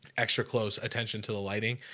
extra close attention to the lighting.